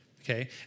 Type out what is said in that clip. okay